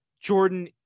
jordan